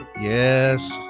Yes